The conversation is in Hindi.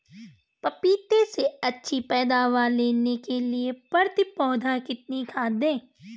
पपीते से अच्छी पैदावार लेने के लिए प्रति पौधा कितनी खाद दें?